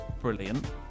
brilliant